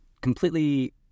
completely